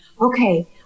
okay